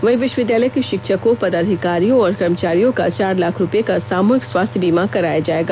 वहीं विश्वविद्यालय के शिक्षकों पदाधिकारियों और कर्मचारियों का चार लाख रुपए का सामुहिक स्वास्थ्य बीमा कराया जाएगा